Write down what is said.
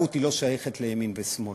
החקלאות לא שייכת לימין ושמאל,